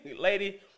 Lady